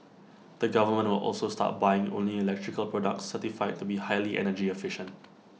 the government will also start buying only electrical products certified to be highly energy efficient